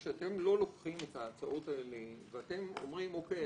כשאתם לא לוקחים את ההצעות האלה ואתם אומרים: אוקיי,